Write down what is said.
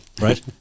Right